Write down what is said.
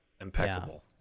impeccable